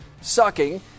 sucking